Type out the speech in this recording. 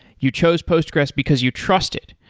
you chose postgressql because you trust it.